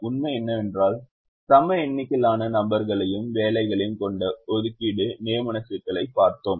உண்மை என்னவென்றால் சம எண்ணிக்கையிலான நபர்களையும் வேலைகளையும் கொண்ட ஒதுக்கீடு நியமன சிக்கல்களைப் பார்த்தோம்